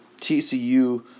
TCU